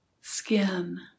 skin